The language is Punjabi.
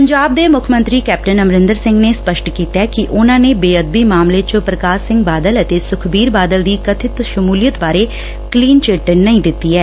ਪੰਜਾਬ ਦੇ ਮੁੱਖ ਮੰਤਰੀ ਕੈਪਟਨ ਅਮਰਿੰਦਰ ਸਿੰਘ ਨੇ ਸਪੱਸਟ ਕੀਤੈ ਕਿ ਉਨੂਾ ਨੇ ਬੇਅਦਬੀ ਮਾਮਲੇ ਚ ਪ੍ਕਾਸ਼ ਸਿੰਘ ਬਾਦਲ ਅਤੇ ਸੁਖਬੀਰ ਬਾਦਲ ਦੀ ਕਬਿਤ ਸ਼ਮੁਲੀਅਤ ਬਾਰੇ ਕਲੀਨ ਚਿੱਟ ਨਹੀਂ ਦਿੱਤੀ ਐ